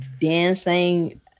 dancing